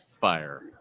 fire